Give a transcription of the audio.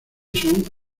son